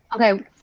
Okay